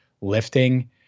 lifting